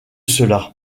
cela